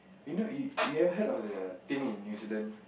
you know you you have heard of the thing in New-Zealand